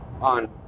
on